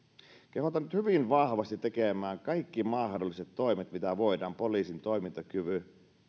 kehotan nyt hyvin vahvasti tekemään kaikki mahdolliset toimet mitä voidaan poliisin toimintakyvyn